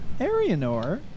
Arianor